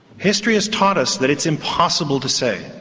history has taught us that it's impossible to say,